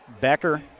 Becker